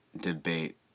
debate